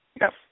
Yes